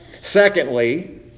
Secondly